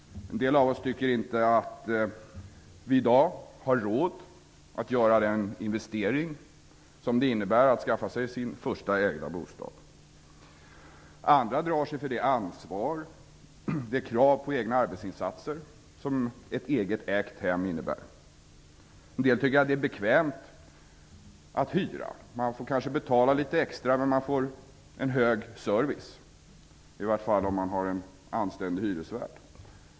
En del av oss tycker inte att vi i dag har råd att göra den investering som det innebär att skaffa sig sin första ägda bostad. Andra drar sig för det ansvar och det krav på egna arbetsinsatser som ett eget, ägt hem innebär. En del tycker att det är bekvämt att hyra. Man får kanske betala litet extra, men man får mycket service -- i varje fall om man har en anständig hyresvärd.